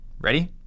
Ready